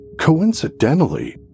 Coincidentally